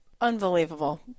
Unbelievable